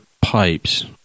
pipes